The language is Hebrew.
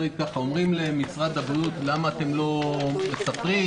אומרים למשרד הבריאות: למה אתם לא מספרים?